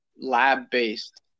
lab-based